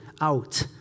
out